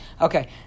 Okay